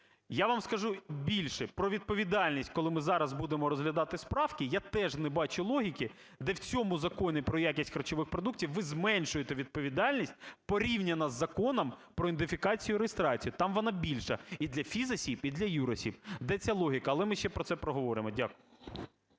Я вам скажу більше, про відповідальність, коли ми зараз будемо розглядати справки, я теж не бачу логіки, де в цьому Законі про якість харчових продуктів ви зменшуєте відповідальність порівняно з Законом про ідентифікацію, реєстрацію, там вона більша і для фізосіб, і для юросіб. Де ця логіка? Але ми ще про це поговоримо. Дякую.